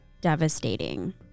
devastating